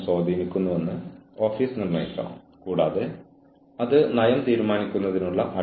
നിങ്ങൾ ജീവനക്കാരോട് അന്യായമായി പെരുമാറുന്നില്ല